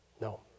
No